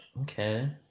Okay